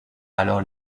alors